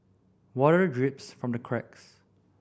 water drips from the cracks